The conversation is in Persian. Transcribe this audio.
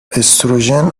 استروژن